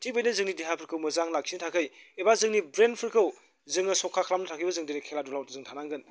थिग बेबायदिनो जोंनि देहाफोरखौ मोजां लाखिनो थाखाय एबा जोंनि ब्रेनफोरखौ जोङो सखा खालामनो थाखायबो जों दिनै खेला दुलायाव जों थानांगोन